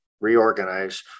reorganize